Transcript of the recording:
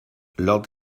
lord